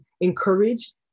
encourage